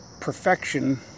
perfection